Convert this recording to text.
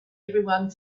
everyone